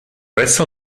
eso